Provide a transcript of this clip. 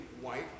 white